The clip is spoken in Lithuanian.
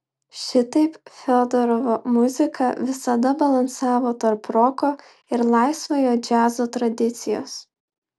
šitaip fiodorovo muzika visada balansavo tarp roko ir laisvojo džiazo tradicijos